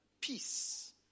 Peace